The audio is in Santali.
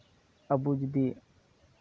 ᱟᱹᱵᱩ ᱡᱩᱫᱤ